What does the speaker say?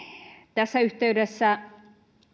tässä yhteydessä